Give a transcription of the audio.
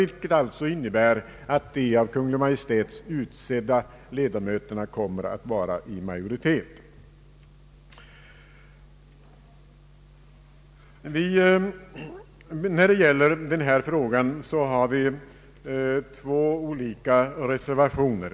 Det innebär att de av Kungl. Maj:t utsedda ledamöterna blir i majoritet. I denna fråga har vi två olika reservationer.